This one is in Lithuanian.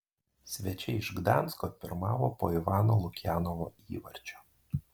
svečiai iš gdansko pirmavo po ivano lukjanovo įvarčio